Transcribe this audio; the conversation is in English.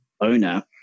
owner